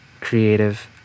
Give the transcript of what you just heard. creative